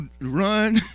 run